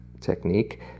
technique